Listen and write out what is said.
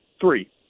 Three